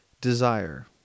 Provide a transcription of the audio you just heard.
desire